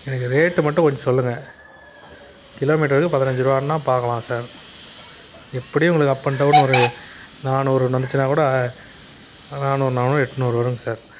எனக்கு ரேட்டு மட்டும் கொஞ்சம் சொல்லுங்க கிலோ மீட்டருக்கு பதினஞ்சி ருபாய்னா பார்க்கலாம் சார் எப்படியும் உங்களுக்கு அப்பனு டவுன் ஒரு நானூறு வந்துச்சின்னா கூட நானூறு நானூறு எட்நூறு வருங்க சார்